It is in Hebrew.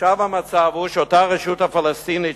עכשיו המצב הוא שאותה הרשות הפלסטינית,